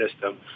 system